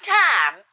time